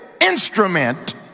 instrument